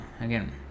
again